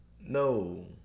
No